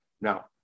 Now